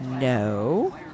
No